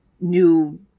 new